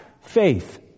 faith